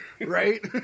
Right